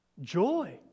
joy